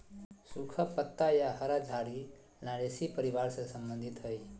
सुखा पत्ता या हरा झाड़ी लॉरेशी परिवार से संबंधित हइ